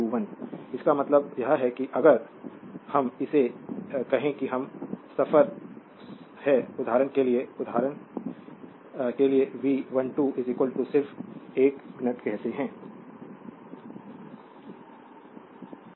Glossary English Word Word Meaning Electrical electrical विद्युतीय Engineering engineering अभियांत्रिकी Theorem theorem प्रमेय Couple couple जोड़ा Cover cover आवरण Single सिंगल एक Regulation रेगुलेशन विनियमन electromagnetic इलेक्ट्रोमैग्नेटिक विद्युत चुम्बकीय communication कम्युनिकेशन संचार Interconnection इंटरकनेक्शन एक दूसरे का संबंध Convention कन्वेंशन परंपरा Alternating अल्टेरनेटिंग अदल बदल कर